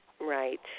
right